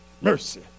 Mercy